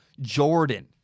Jordan